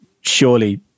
surely